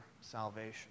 salvation